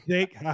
Jake